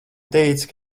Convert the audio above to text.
teica